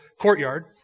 courtyard